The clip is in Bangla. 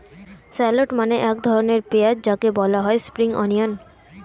শ্যালোট মানে এক ধরনের পেঁয়াজ যাকে বলা হয় স্প্রিং অনিয়ন